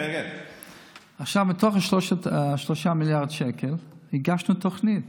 עכשיו, בתוך ה-3 מיליארד שקל הגשנו תוכנית.